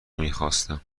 میخواستم